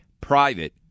Private